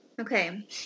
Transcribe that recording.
Okay